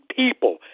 people